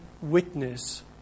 witness